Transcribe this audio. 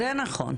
זה נכון.